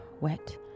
wet